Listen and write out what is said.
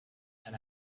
that